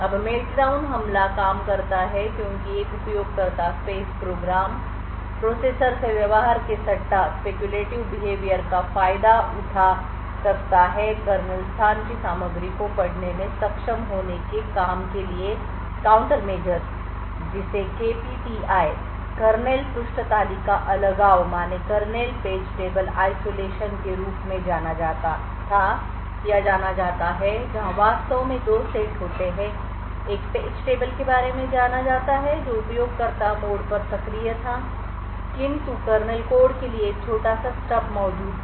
अब मेल्टडाउन हमला काम करता है क्योंकि एक उपयोगकर्ता स्पेस प्रोग्राम कार्यक्रम प्रोसेसर से व्यवहार के सट्टाspeculative beahvior स्पेक्युलेटिव बिहेवियर का फायदाexploit एक्सप्लोइट उठा सकता है कर्नेल स्थान की सामग्री को पढ़ने में सक्षम होने के काम के लिए काउंटरमेशर्स जिसे केपीटीआई कर्नेल पृष्ठ तालिका अलगावkernel page table isolation kernel page table isolation के रूप में जाना जाता था या जाना जाता है जहां वास्तव में दो सेट होते हैं एक पेज टेबल के बारे में जाना जाता है जो उपयोगकर्ता मोड पर सक्रिय था कर्नेल मोड में दूसरा ऐसा था जिसके उपयोग में पूरा पेज टेबल कर्नल कोड को मैप नहीं किया गया था किंतु कर्नेल कोड के लिए एक छोटा सा स्टब मौजूद था